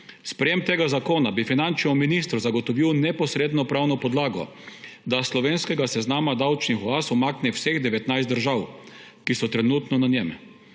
Sprejetje tega zakona bi finančnemu ministru zagotovilo neposredno pravno podlago, da s slovenskega seznama davčnih oaz umakne vseh 19 držav, ki so trenutno na njem.